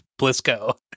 Blisco